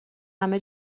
همه